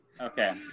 Okay